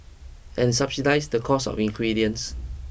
and subsidise the cost of ingredients